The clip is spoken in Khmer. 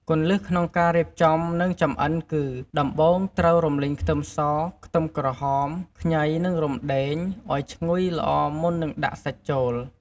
គន្លឹះក្នុងការរៀបចំ និងចម្អិនគឺ ដំបូងត្រូវរំលីងខ្ទឹមស ខ្ទឹមក្រហម ខ្ញី និងរុំដេង ឱ្យឈ្ងុយល្អមុននឹងដាក់សាច់ចូល។